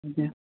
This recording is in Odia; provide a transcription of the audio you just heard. ଆଜ୍ଞା